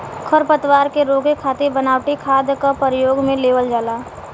खरपतवार के रोके खातिर बनावटी खाद क परयोग में लेवल जाला